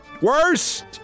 worst